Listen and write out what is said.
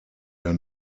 der